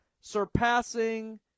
surpassing